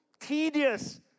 tedious